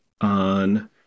on